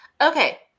okay